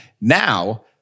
Now